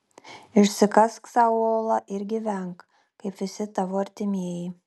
išsikask sau olą ir gyvenk kaip visi tavo artimieji